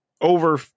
over